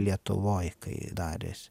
lietuvoj kai darėsi